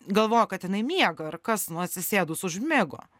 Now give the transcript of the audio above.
galvojo kad jinai miega ar kas nu atsisėdus užmigo